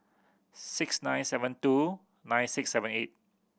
six nine seven two nine six seven eight